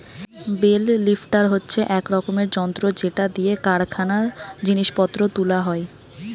bell lifter হচ্ছে এক রকমের যন্ত্র যেটা দিয়ে কারখানায় জিনিস পত্র তুলা হয়